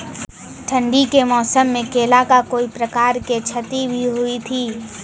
ठंडी के मौसम मे केला का कोई प्रकार के क्षति भी हुई थी?